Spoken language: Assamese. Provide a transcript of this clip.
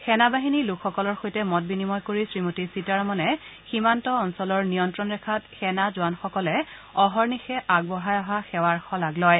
সেনাবাহিনী লোকসকলৰ সৈতে মত বিনিময় কৰি শ্ৰীমতী সীতাৰমনে অঞ্চলৰ নিয়ন্ত্ৰণ ৰেখাত সেনা জোৱানসকলে অহৰ্নিশে আগবঢ়াই অহা সেৱাৰ শলাগ লয়